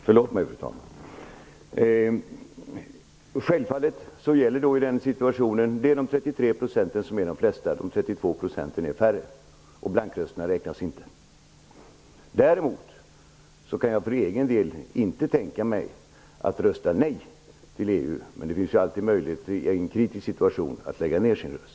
Fru talman! Självfallet gäller i den situationen att de 33 procenten är de flesta. De 32 procenten är färre. Blankrösterna räknas inte. Däremot kan jag för egen del inte tänka mig att rösta nej till EU. Men möjligheten finns alltid i en kritisk situation att lägga ned sin röst.